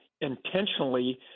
intentionally